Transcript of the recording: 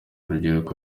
rubyiruko